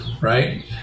Right